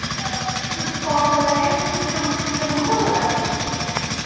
तुस कौन बोला दे तुस जम्मू जम्मू शा बोला दे